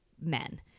men